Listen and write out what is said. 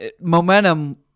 Momentum